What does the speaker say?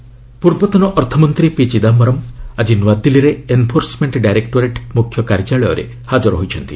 Chidambaram ED ପୂର୍ବତନ ଅର୍ଥମନ୍ତ୍ରୀ P Chidambaram ଆଜି ନ୍ତଆଦିଲ୍ଲୀରେ ଏନ୍ଫୋର୍ସମେଣ୍ଟ ଡାଇରେକ୍ଟୋରେଟ୍ ମୁଖ୍ୟ କାର୍ଯ୍ୟାଳୟରେ ହାଜର ହୋଇଛନ୍ତି